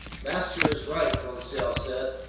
master is right, conseil said.